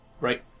Right